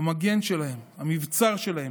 המגן שלהם, המבצר שלהם.